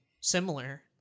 similar